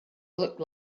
looked